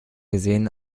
gesehen